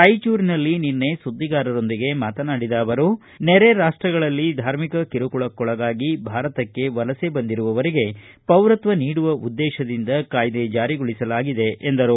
ರಾಯಚೂರಿನಲ್ಲಿ ನಿನ್ನೆ ಸುದ್ದಿಗಾರರೊಂದಿಗೆ ಮಾತನಾಡಿದ ಅವರು ನೆರೆ ರಾಷ್ಟಗಳಲ್ಲಿ ಧಾರ್ಮಿಕ ಕಿರುಕುಳಕ್ಕೊಳಗಾಗಿ ಭಾರತಕ್ಕೆ ವಲಸೆ ಬಂದಿರುವವರಿಗೆ ಪೌರತ್ವ ನೀಡುವ ಉದ್ದೇಶದಿಂದ ಕಾಯ್ದೆ ಜಾರಿಗೊಳಿಸಲಾಗಿದೆ ಎಂದರು